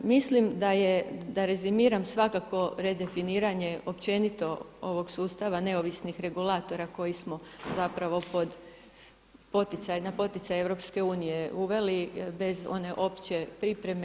Mislim da je, da rezimiram svakako redefiniranje općenito ovog sustava neovisnih regulatora kojih smo zapravo na poticaju EU uveli bez one opće pripreme.